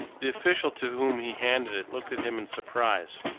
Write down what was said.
the official to whom he handed it looked at him in surprise.